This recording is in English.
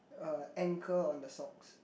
a ankle on the socks